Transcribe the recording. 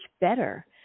better